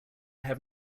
have